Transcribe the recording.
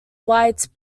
white